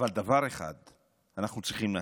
אבל על דבר אחד אנחנו צריכים להסכים,